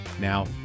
Now